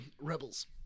Rebels